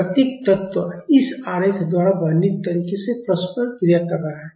प्रत्येक तत्व इस आरेख द्वारा वर्णित तरीके से परस्पर क्रिया कर रहा है